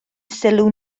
sylw